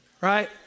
Right